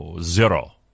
zero